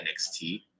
NXT